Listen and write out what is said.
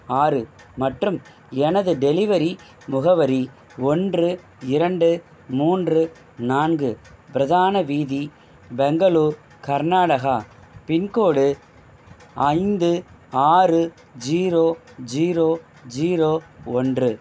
ஆறு மற்றும் எனது டெலிவரி முகவரி ஒன்று இரண்டு மூன்று நான்கு பிரதான வீதி பெங்களூர் கர்நாடகா பின்கோடு ஐந்து ஆறு ஜீரோ ஜீரோ ஜீரோ ஒன்று